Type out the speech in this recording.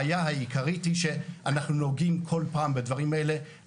הבעיה העיקרית היא שאנחנו נוגעים כל פעם בדברים האלה,